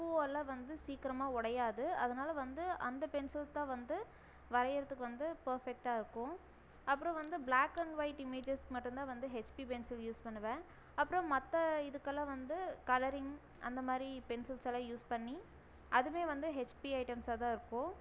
கூவெல்லாம் வந்து சீக்கிரமாக உடையாது அதனால வந்து அந்த பென்சில் தான் வந்து வரைகிறதுக்கு பர்ஃபெக்டாக இருக்கும் அப்புறம் வந்து பிளாக் அண்ட் ஒயிட் இமேஜெஸ்க்கு மட்டும்தான் வந்து ஹெச்பி பென்சில் யூஸ் பண்ணுவேன் அப்புறம் மற்ற இதுக்கெலாம் வந்து கலரிங் அந்த மாதிரி பென்சில்ஸ் எல்லாம் யூஸ் பண்ணி அதுவே வந்து ஹெச்பி அயிட்டம்ஸ் தான் இருக்கும்